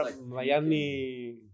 Miami